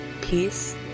peace